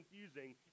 confusing